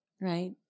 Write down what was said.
right